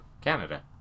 Canada